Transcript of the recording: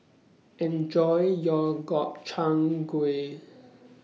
Enjoy your Gobchang Gui